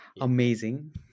Amazing